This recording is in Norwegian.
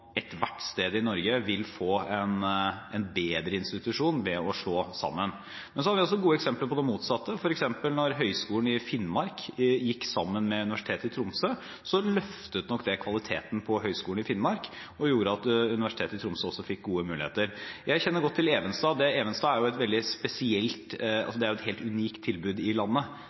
ethvert sted i Norge vil få en bedre institusjon ved å slå sammen. Men så har vi også gode eksempler på det motsatte. Da Høgskolen i Finnmark gikk sammen med Universitetet i Tromsø, løftet nok det kvaliteten på Høgskolen i Finnmark, og det gjorde at Universitetet i Tromsø også fikk gode muligheter. Jeg kjenner godt til Evenstad. Evenstad er jo et veldig spesielt, helt unikt tilbud i landet. Det har lange tradisjoner og lange røtter. Det er et helt unikt tilbud i landet,